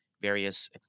various